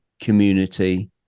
community